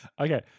Okay